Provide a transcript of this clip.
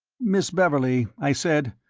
miss beverley, i said,